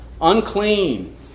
unclean